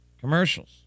commercials